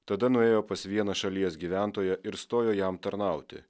tada nuėjo pas vieną šalies gyventoją ir stojo jam tarnauti